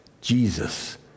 Jesus